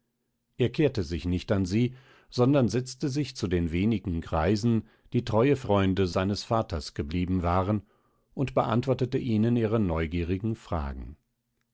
er kehrte sich nicht an sie sondern setzte sich zu den wenigen greisen die treue freunde seines vaters geblieben waren und beantwortete ihnen ihre neugierigen fragen